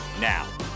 Now